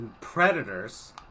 predators